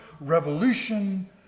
revolution